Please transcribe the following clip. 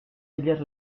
ellas